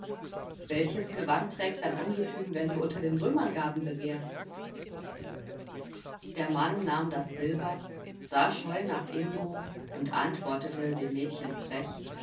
welches gewand trägt dein ungetüm wenn du unter den römern gaben begehrst der mann nahm das silber sah scheu nach ingo und antwortete dem mädchen frech